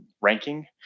ranking